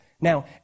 Now